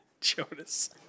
Jonas